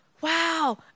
wow